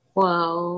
wow